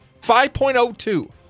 5.02